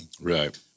Right